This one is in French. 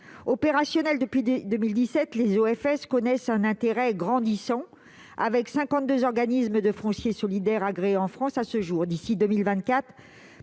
Opérationnels depuis 2017, les OFS connaissent un intérêt grandissant, avec 52 organismes agréés en France à ce jour. D'ici à 2024,